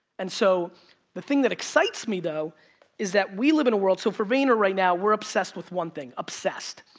and so the thing that excites me though is that we live in a world. so for vayner right now we're obsessed with one thing, obsessed.